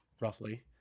roughly